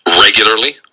Regularly